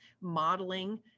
modeling